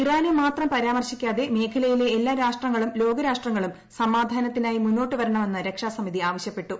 ഇറാനെ മാത്രം പരാമർശിക്കാതെ മേഖലയിലെ എല്ലാ രാഷ്ട്രങ്ങളും ലോക രാഷ്ട്രങ്ങളും സമാധാനത്തിനായി മുന്നോട്ട് വരണമെന്ന് രക്ഷാസമിതി ആവശ്യപ്പെട്ടു